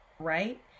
Right